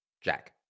Jack